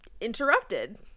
interrupted